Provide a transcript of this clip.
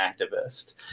activist